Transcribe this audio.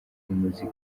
umuziki